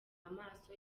amaso